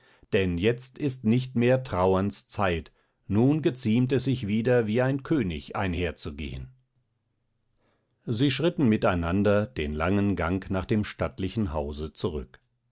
denn jetzt ist nicht mehr trauerns zeit nun geziemt es sich wieder wie ein könig einherzugehen sie schritten miteinander den langen gang nach dem stattlichen hause zurück